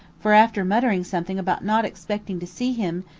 for after muttering something about not expecting to see him,